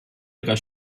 ihrer